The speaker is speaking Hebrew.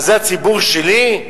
אז זה הציבור שלי?